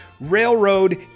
Railroad